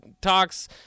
talks